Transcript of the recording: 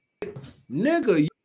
nigga